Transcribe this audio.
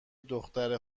دختر